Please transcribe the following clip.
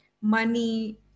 money